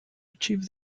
achieve